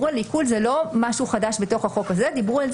דיברו על זה שבעיקרון אפשר בחצי שלו לעשות